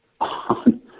on